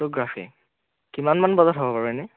photography কিমানমান বজাত হ'ব বাৰু এনেই